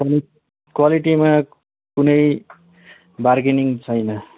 quality क्वालिटीमा कुनै bargaining छैन